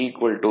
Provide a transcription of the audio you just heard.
0350 1